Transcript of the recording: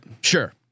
Sure